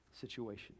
situation